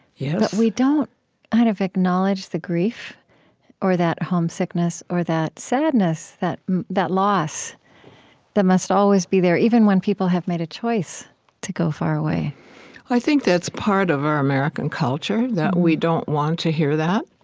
yeah but we don't kind of acknowledge the grief or that homesickness or that sadness, that that loss that must always be there, even when people have made a choice to go far away i think that's part of our american culture that we don't want to hear that.